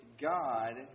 God